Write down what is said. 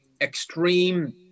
extreme